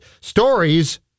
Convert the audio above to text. Stories